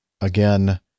again